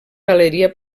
galeria